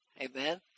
amen